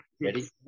ready